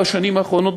בשנים האחרונות,